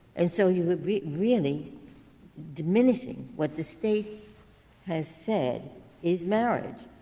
and so he was really diminishing what the state has said is marriage.